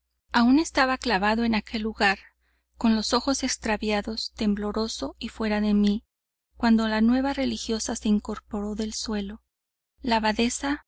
aún estaba clavado en aquel lugar con los ojos extraviados tembloroso y fuera de mí cuando la nueva religiosa se incorporó del suelo la abadesa